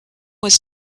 was